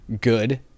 good